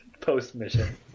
Post-mission